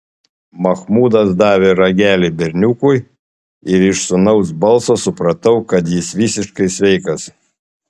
machmudas davė ragelį berniukui ir iš sūnaus balso supratau kad jis visiškai sveikas